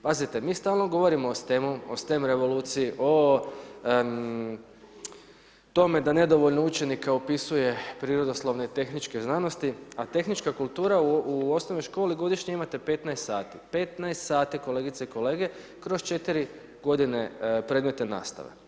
Pazite, mi stalno govorimo o STEM revoluciji, o tome da nedovoljno učenike upisuje prirodoslovne i tehničke znanosti a tehnička kultura u osnovnoj školi godišnje imate 15 sati, 15 sati kolegice i kolege kroz 4 godine predmetne nastave.